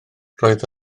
roedd